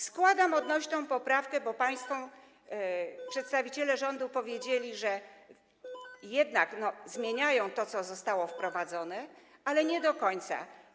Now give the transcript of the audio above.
Składam odnośną poprawkę, bo przedstawiciele rządu powiedzieli, że jednak zmieniają to, co zostało wprowadzone, ale nie do końca.